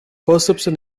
perception